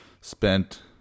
spent